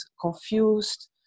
confused